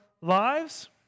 lives